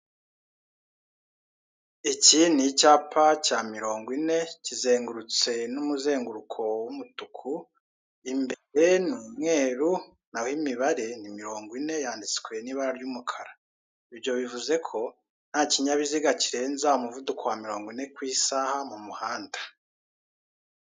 Iki ni icyapa cya mirongwine kizerutse n'umuzenguruko w'umutuku imbere n'umweru naho imibare ni mirongwine yanditswe n'ibara ry'umukara. Ibyo bivuze ko ntakinyabiziga kirenza umuvuduko wa mirongwine kw'isaha mu muhanda.